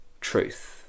truth